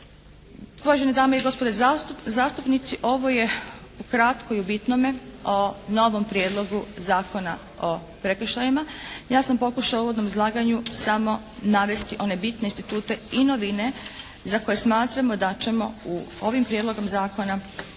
Uvažene dame i gospodo zastupnici! Ovo je ukratko i u bitnome o novom Prijedlogu zakona o prekršajima. Ja sam pokušala u uvodnom izlaganju samo navesti one bitne institute i novine za koje smatramo da ćemo u ovom prijedlogu zakona ostvariti